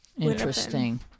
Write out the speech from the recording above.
Interesting